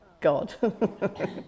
God